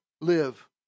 live